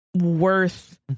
worth